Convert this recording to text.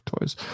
toys